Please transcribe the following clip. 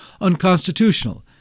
unconstitutional